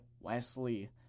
Wesley